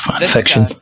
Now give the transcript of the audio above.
fiction